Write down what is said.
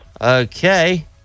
Okay